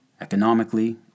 economically